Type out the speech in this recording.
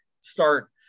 start